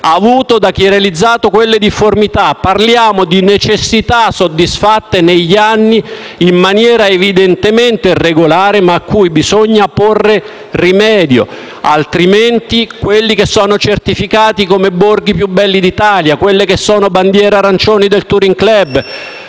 avuto da chi ha realizzato quelle difformità; parliamo di necessità soddisfatte negli anni, in maniera evidentemente irregolare, ma a cui bisogna porre rimedio, altrimenti quelli che sono certificati come i borghi più belli d'Italia, quelle che sono bandiere arancioni del Touring Club,